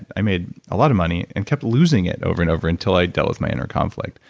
i made a lot of money and kept losing it over and over until i dealt with my inner conflict,